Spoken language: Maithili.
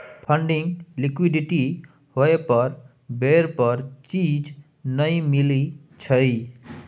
फंडिंग लिक्विडिटी होइ पर बेर पर चीज नइ मिलइ छइ